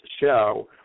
show